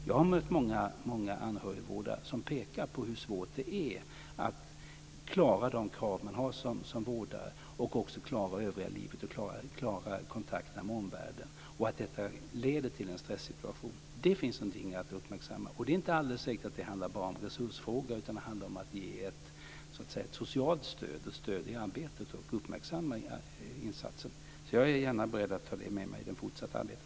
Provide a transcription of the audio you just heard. Jag har nämligen mött många anhörigvårdare som pekar på hur svårt det är att klara de krav man har som vårdare, att klara det övriga livet och att klara kontakterna med omvärlden. Det leder till en stressituation. Där finns det någonting att uppmärksamma, och det är inte alldeles säkert att det bara handlar om resursfrågor. Det handlar också om att ge ett socialt stöd och ett stöd i arbetet samt att uppmärksamma insatser. Jag är gärna beredd att ta med mig detta i det fortsatta arbetet.